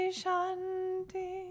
shanti